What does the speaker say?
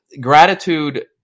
gratitude